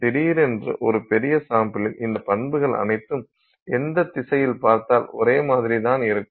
திடீரென்று ஒரு பெரிய சாம்பிளில் இந்த பண்புகள் அனைத்தும் எந்த திசையில் பார்த்தால் ஒரே மாதிரி தான் இருக்கும்